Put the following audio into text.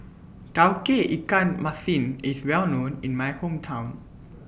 Tauge Ikan Masin IS Well known in My Hometown